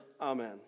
Amen